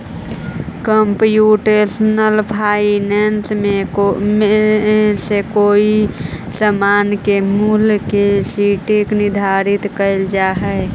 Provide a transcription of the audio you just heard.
computational finance से कोई समान के मूल्य के सटीक निर्धारण कैल जा हई